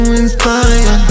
inspire